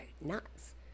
nuts